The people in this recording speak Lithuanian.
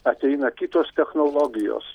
ateina kitos technologijos